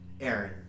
Aaron